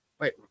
Wait